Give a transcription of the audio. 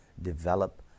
develop